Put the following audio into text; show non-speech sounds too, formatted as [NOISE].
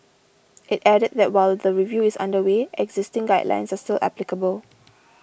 [NOISE] it added that while the review is under way existing guidelines are still applicable